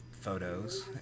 photos